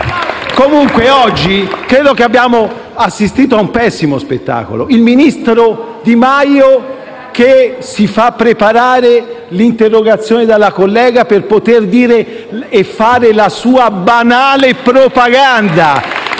PD)*. Oggi credo che abbiamo assistito a un pessimo spettacolo: il ministro Di Maio si è fatto preparare l'interrogazione dalla collega per poter dire e fare la sua banale propaganda.